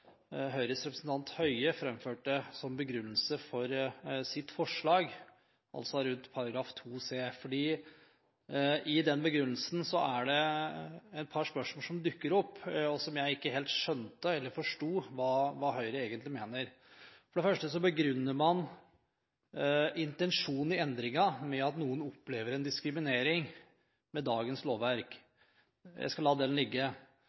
Høyres representant Høie framførte som begrunnelse for sitt forslag, altså rundt § 2 c. I den begrunnelsen er det et par spørsmål som dukker opp der jeg ikke helt skjønner hva Høyre egentlig mener. For det første begrunner man intensjonen i endringen med at noen opplever en diskriminering med dagens lovverk. Jeg skal la det ligge,